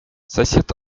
сосед